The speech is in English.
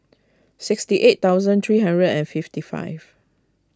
sixty eight thousand three and fifty five